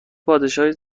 پادشاهی